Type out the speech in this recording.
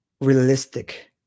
realistic